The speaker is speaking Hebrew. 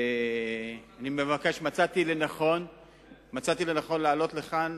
אני אומר שמצאתי לנכון לעלות לכאן,